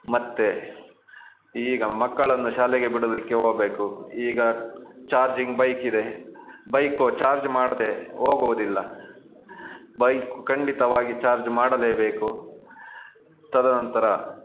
ಮತ್ತೆ ಈಗ ಮಕ್ಕಳನ್ನು ಶಾಲೆಗೆ ಬಿಡೋದಕ್ಕೆ ಹೋಗ್ಬೇಕು ಈಗ ಚಾರ್ಜಿಂಗ್ ಬೈಕಿದೆ ಬೈಕು ಚಾರ್ಜ್ ಮಾಡದೇ ಹೋಗುವುದಿಲ್ಲ ಬೈಕು ಖಂಡಿತವಾಗಿ ಚಾರ್ಜ್ ಮಾಡಲೇಬೇಕು ತದನಂತರ